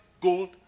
gold